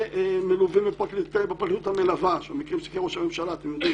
ומלווים בפרקליטות המלווה ובתיקי ראש הממשלה אתם יודעים